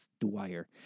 Dwyer